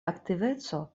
aktiveco